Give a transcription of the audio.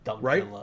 Right